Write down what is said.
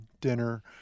dinner